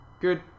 good